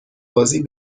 بازی